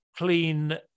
clean